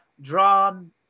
drawn